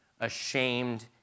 ashamed